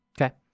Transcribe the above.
Okay